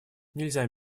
нельзя